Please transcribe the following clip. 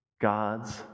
God's